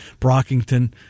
Brockington